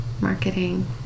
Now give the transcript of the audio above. marketing